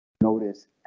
notice